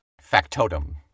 Factotum